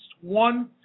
one